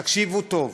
תקשיבו טוב.